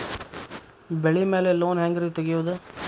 ಬೆಳಿ ಮ್ಯಾಲೆ ಲೋನ್ ಹ್ಯಾಂಗ್ ರಿ ತೆಗಿಯೋದ?